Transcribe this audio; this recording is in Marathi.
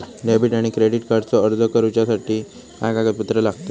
डेबिट आणि क्रेडिट कार्डचो अर्ज करुच्यासाठी काय कागदपत्र लागतत?